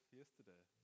yesterday